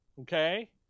okay